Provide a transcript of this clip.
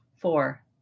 Four